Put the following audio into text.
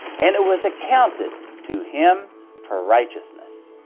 and it was accounted to him for righteousness.